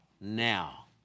now